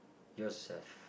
yes sir